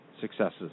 successes